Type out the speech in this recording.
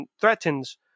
threatens